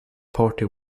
party